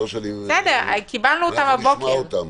נשמע אותם.